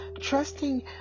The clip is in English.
Trusting